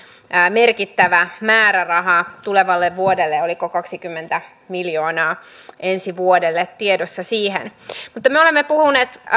merkittävä määräraha tulevalle vuodelle oliko kaksikymmentä miljoonaa ensi vuodelle tiedossa siihen me olemme puhuneet